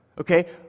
Okay